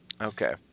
Okay